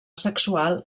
sexual